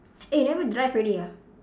eh never drive already ah